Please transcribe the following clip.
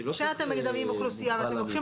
כשאתם מדמים אוכלוסייה ואתם לוקחים